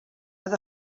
oedd